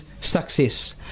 success